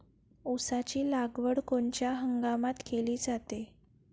ऊसाची लागवड कोनच्या हंगामात केली जाते?